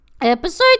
Episode